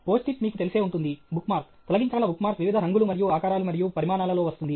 PostIt® మీకు తెలిసే ఉంటుంది బుక్మార్క్ తొలగించగల బుక్మార్క్ వివిధ రంగులు మరియు ఆకారాలు మరియు పరిమాణాలలో వస్తుంది